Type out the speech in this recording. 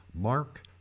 Mark